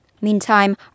Meantime